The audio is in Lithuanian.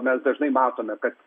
mes dažnai matome kad